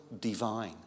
divine